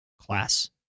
class